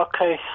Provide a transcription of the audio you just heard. okay